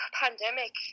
pandemic